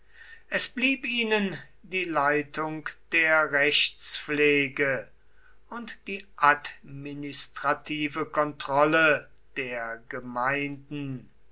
es blieb ihnen die leitung der rechtspflege und die administrative kontrolle der gemeinden